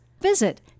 Visit